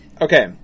Okay